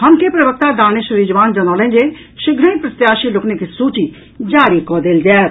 हम के प्रवक्ता दानिश रिजवान जनौलनि जे शीघ्रहि प्रत्याशी लोकनिक सूची जारी कऽ देल जायत